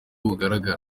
bugaragara